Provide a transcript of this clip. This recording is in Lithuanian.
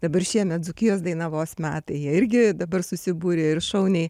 dabar šiemet dzūkijos dainavos metai jie irgi dabar susibūrė ir šauniai